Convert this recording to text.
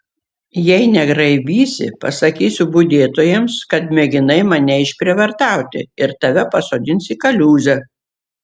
jei negraibysi pasakysiu budėtojams kad mėginai mane išprievartauti ir tave pasodins į kaliūzę